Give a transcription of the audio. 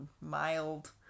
mild